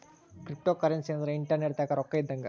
cryptocurrency ಅಂದ್ರ internet ದಾಗ ರೊಕ್ಕ ಇದ್ದಂಗ